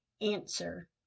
Answer